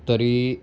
तरी